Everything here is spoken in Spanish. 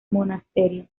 monasterio